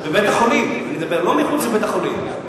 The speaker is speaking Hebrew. בבית-החולים, לא מחוץ לבית-החולים.